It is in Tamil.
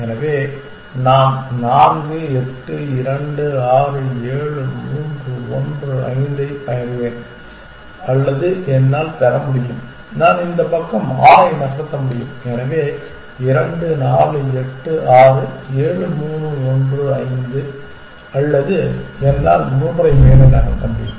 எனவே நான் 4 8 2 6 7 3 1 5 ஐப் பெறுவேன் அல்லது என்னால் பெற முடியும் நான் இந்த பக்கம் 6 ஐ நகர்த்த முடியும் எனவே 2 4 8 6 7 3 1 5 அல்லது என்னால் 3 ஐ மேலே நகர்த்த முடியும்